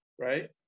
right